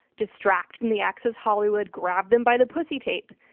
distract from the access hollywood grab them by the pussy tape?